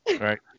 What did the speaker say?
Right